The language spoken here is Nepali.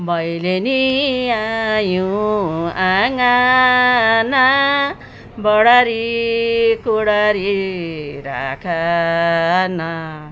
भैलेनी आयौँ आँगन बडारी कुँडारी राखन